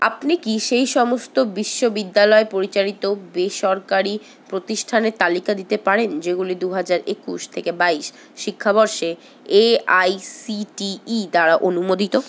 আপনি কি সেই সমস্ত বিশ্ববিদ্যালয় পরিচালিত বেসরকারি প্রতিষ্ঠানের তালিকা দিতে পারেন যেগুলো দুহাজার একুশ থেকে বাইশ শিক্ষাবর্ষে এআইসিটিই দ্বারা অনুমোদিত